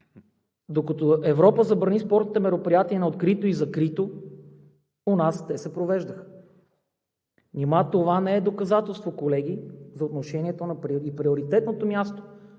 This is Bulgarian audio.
Докато Европа забрани спортните мероприятия на открито и закрито, у нас те се провеждаха. Нима това не е доказателство, колеги, за отношението и приоритетното място,